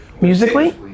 Musically